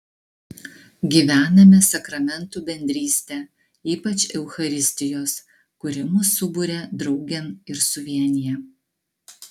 gyvename sakramentų bendrystę ypač eucharistijos kuri mus suburia draugėn ir suvienija